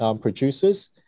producers